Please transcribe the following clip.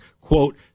quote